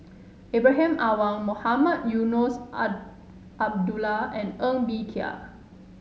Ibrahim Awang Mohamed Eunos Abdullah and Ng Bee Kia